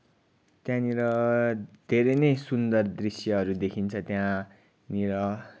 त्यहाँनिर धेरै नै सुन्दर दृश्यहरू देखिन्छ त्यहाँनिर